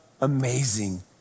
amazing